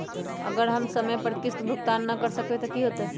अगर हम समय पर किस्त भुकतान न कर सकवै त की होतै?